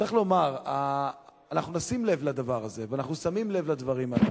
צריך לומר שאנחנו נשים לב לדבר ואנחנו שמים לב לדברים הללו,